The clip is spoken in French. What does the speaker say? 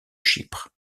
chypre